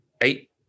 eight